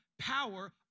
power